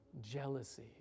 jealousy